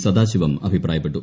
സദാശിവം അഭിപ്രായപ്പെട്ടു